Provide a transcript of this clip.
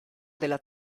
della